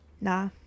nah